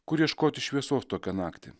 kur ieškoti šviesos tokią naktį